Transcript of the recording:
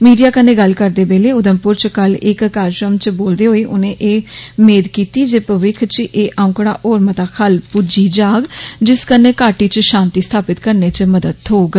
media कन्नै गल्ल करदे होई उघुमपुर च कल इक कार्जक्रम च बोलदे होई उनें एह् मेद किती जे भविक्ख च एह् औंकड़ा होर मता खल्ल पुज्जी जाग जिस कन्नै घाटी च शांति स्थापित करने च मदद थ्होग